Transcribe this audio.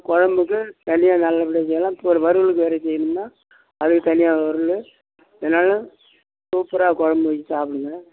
குழம்புக்கு தனியாக நல்லபடியாக செய்யலாம் இப்போ ஒரு வறுவலுக்கு வேறு செய்யணும்னா அதுக்கு தனியாக ஒரு இது என்னாலும் சூப்பராக குழம்பு வச்சு சாப்பிடுங்க